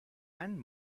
and